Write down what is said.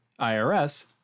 IRS